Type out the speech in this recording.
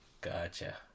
Gotcha